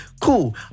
Cool